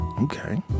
Okay